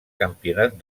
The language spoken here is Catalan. campionat